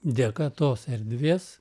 dėka tos erdvės